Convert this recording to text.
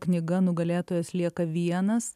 knyga nugalėtojas lieka vienas